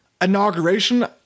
inauguration